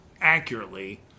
accurately